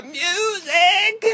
music